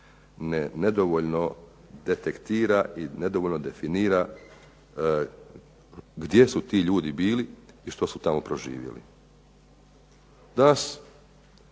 nedovoljno detektira i nedovoljno definira gdje su ti ljudi bili i što su tamo proživjeli.